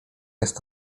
jest